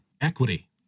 equity